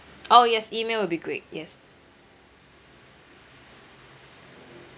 oh yes email will be great yes